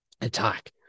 attack